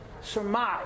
surmise